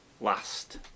last